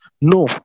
no